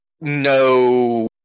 no